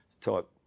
type